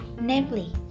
namely